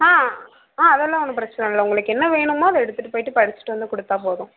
ஆ ஆ அதெல்லாம் ஒன்றும் பிரச்சனை இல்லை உங்களுக்கு என்ன வேணுமோ அதை எடுத்துகிட்டு போய்விட்டு படிச்சிட்டு வந்து கொடுத்தா போதும்